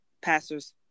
pastors